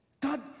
God